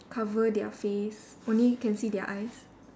cover their face only can see their eyes